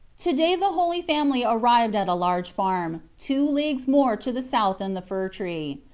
to-day the holy family arrived at a large farm, two leagues more to the south than the fir tree.